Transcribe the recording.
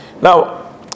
Now